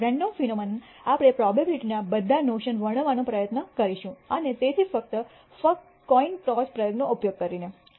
random phenomenon આપણે probability ના બધા નોશન વર્ણવવાનો પ્રયત્ન કરીશું અને તેથી ફક્ત કોઈન ટોસ પ્રયોગનો ઉપયોગ કરીને